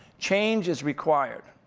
change is required.